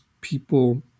people